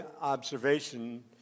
observation